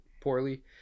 poorly